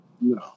No